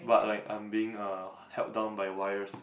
but like I'm being uh held down by wires